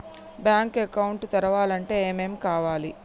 Bank account తెరవాలంటే ఏమేం కావాలి?